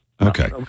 Okay